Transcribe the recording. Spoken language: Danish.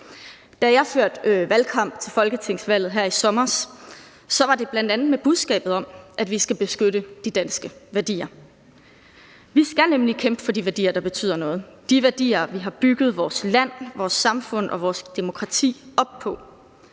Da jeg førte valgkamp til folketingsvalget her i sommer, var det bl.a. med budskabet om, at vi skal beskytte de danske værdier. Vi skal nemlig kæmpe for de værdier, der betyder noget, de værdier, vi har bygget vores land, vores samfund og vores demokrati op på,